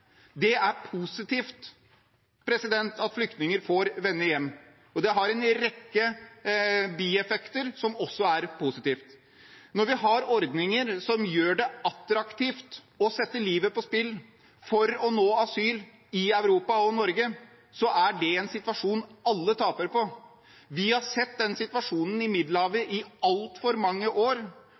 Det er positivt at flyktninger får vende hjem, og det har en rekke bieffekter som også er positive. Når vi har ordninger som gjør det attraktivt å sette livet på spill for å nå asyl i Europa og Norge, er det en situasjon alle taper på. Vi har sett den situasjonen i Middelhavet i altfor mange år,